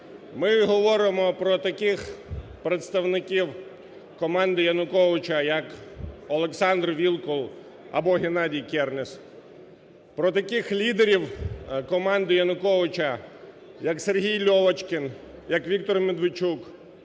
Ми говоримо про таких представників команди Януковича, як Олександр Вілкул або Геннадій Кернес. Про таких лідерів команди Януковича, як Сергій Льовочкін, як Віктор Медведчук,